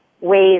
ways